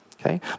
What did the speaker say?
Okay